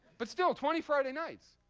but still, twenty friday nights,